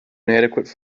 inadequate